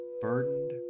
burdened